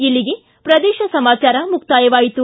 ಇಲ್ಲಿಗೆ ಪ್ರದೇಶ ಸಮಾಚಾರ ಮುಕ್ತಾಯವಾಯಿತು